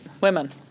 women